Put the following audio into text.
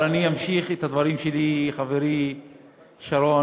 אבל אני אמשיך את הדברים שלי, חברי שרון: